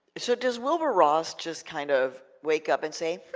so does wilbur ross just kind of wake up and say,